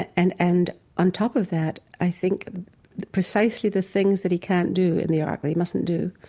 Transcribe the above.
and and on top of that, i think precisely the things that he can't do in the ark or he mustn't do,